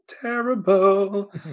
terrible